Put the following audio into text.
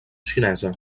xinesa